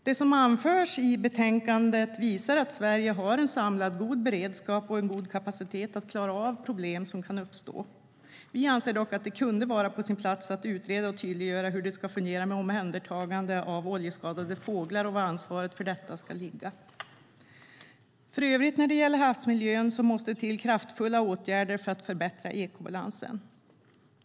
Det som anförs i betänkandet visar att Sverige har en samlad god beredskap och en god kapacitet att klara av problem som kan uppstå. Vi anser dock att det kunde vara på sin plats att utreda och tydliggöra hur det ska fungera med omhändertagande av oljeskadade fåglar och var ansvaret för detta ska ligga. För övrigt när det gäller havsmiljön måste det till kraftfulla åtgärder för att förbättra ekobalansen.